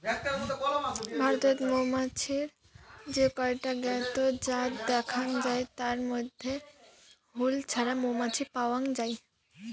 ভারতত মৌমাছির যে কয়টা জ্ঞাত জাত দ্যাখ্যাং যাই তার মইধ্যে হুল ছাড়া মৌমাছি পাওয়াং যাই